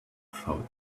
thought